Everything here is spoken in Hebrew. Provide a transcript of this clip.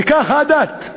ככה הדת,